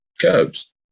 curbs